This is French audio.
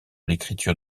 l’écriture